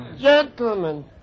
Gentlemen